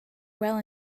well